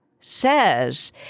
says